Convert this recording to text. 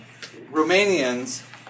Romanians